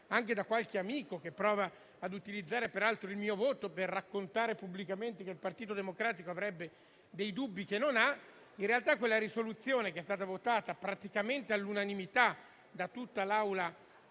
anche da qualche amico, che prova ad utilizzare il mio voto per raccontare pubblicamente che il Partito Democratico avrebbe dei dubbi che non ha. In realtà, quella risoluzione, che è stata votata praticamente all'unanimità da tutta l'aula